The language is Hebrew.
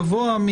גבוה?